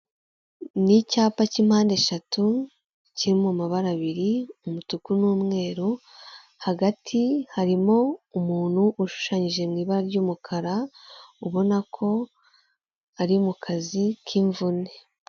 Imodoka yo mu bwoko bwa dayihatsu yifashishwa mu gutwara imizigo ifite ibara ry'ubururu ndetse n'igisanduku cy'ibyuma iparitse iruhande rw'umuhanda, aho itegereje gushyirwamo imizigo. Izi modoka zikaba zifashishwa mu kworoshya serivisi z'ubwikorezi hirya no hino mu gihugu. Aho zifashishwa mu kugeza ibintu mu bice bitandukanye by'igihugu.